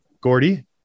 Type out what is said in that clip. Gordy